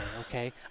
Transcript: okay